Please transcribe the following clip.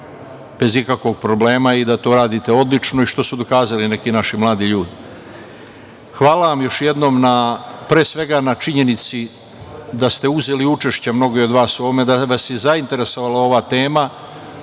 bez ikakvog problema i da to radite odlično i što dokazali neki naši mladi ljudi. Hvala vam još jednom, pre svega na činjenici da ste uzeli učešće mnogi od vas u ovome, da vas je zainteresovala ova tema,